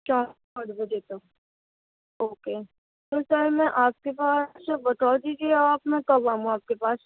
چار بجے تک اوکے سر کیا میں آپ کے پاس بتا دیجیے میں کب آؤں آپ کے پاس